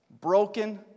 broken